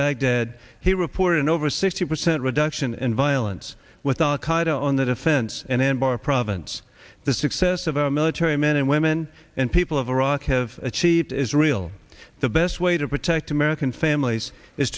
baghdad he reported over sixty percent reduction in violence with al qaida on the defense and anbar province the success of our military men and women and people of iraq have achieved is real the best way to protect american families is